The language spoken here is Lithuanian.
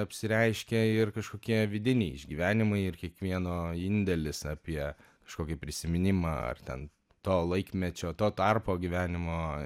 apsireiškia ir kažkokie vidiniai išgyvenimai ir kiekvieno indėlis apie kažkokį prisiminimą ar ten to laikmečio to tarpo gyvenimo